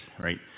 right